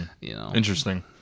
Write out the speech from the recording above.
Interesting